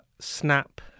Snap